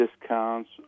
discounts